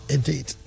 Indeed